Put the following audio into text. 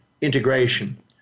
integration